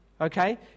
Okay